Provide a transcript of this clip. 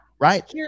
right